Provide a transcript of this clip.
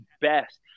best